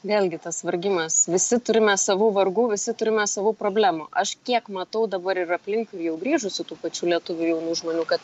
vėlgi tas vargimas visi turime savų vargų visi turime savų problemų aš kiek matau dabar ir aplink ir jau grįžusių tų pačių lietuvių jaunų žmonių kad